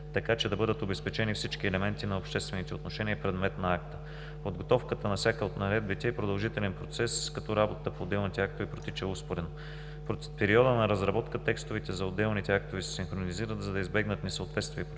така че да бъдат обезпечени всички елементи на обществените отношения предмет на акта. Подготовката на всяка от наредбите е продължителен процес, като работата по отделните актове протича успоредно. През периода на разработка текстовете за отделните актове се синхронизират, за да избегнат несъответствие